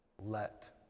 let